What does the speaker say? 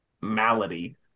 malady